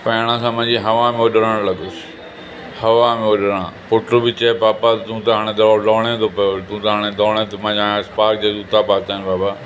पाइण सां मां जीअं हवा में उॾण लॻुसि हवा में उॾण पुट बि चयईं पापा तूं त हाणे दौड़ दौड़े त पायो तूं त हाणे दौड़ मां चयो स्पार्क जा जूता पाता आहिनि बाबा